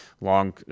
long